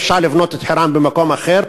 אפשר לבנות את חירן במקום אחר,